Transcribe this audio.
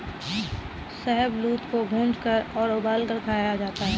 शाहबलूत को भूनकर और उबालकर खाया जाता है